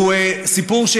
הוא סיפור,